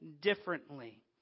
differently